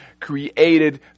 created